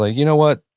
ah you know what?